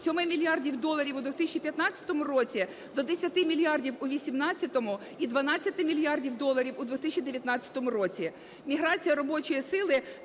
7 мільярдів доларів у 2015 році до 10 мільярдів у 18-му і 12 мільярдів доларів у 19-му році.